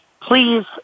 Please